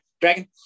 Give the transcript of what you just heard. Dragon